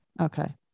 okay